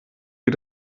wie